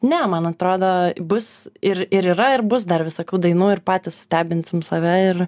ne man atrodo bus ir ir yra ir bus dar visokių dainų ir patys stebinsim save ir